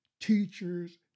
teachers